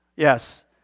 Yes